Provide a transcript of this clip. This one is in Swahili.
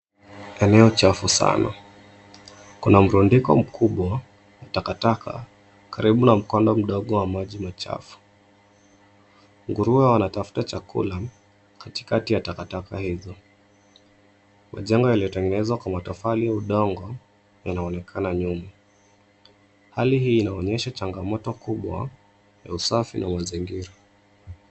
Eneo chafu sana, kuna mrundiko mkubwa wa takataka karibu ma mkondo mdogo was maji machafu. Nguruwe wanatafuta chakula katikati ya takataka hizo. Majengo yaliyotengenezwa Kwa matofali au udongo yanaonekana nyuma. Hali hii inaonyesha changamoto kubwa ya usafi na mazingira.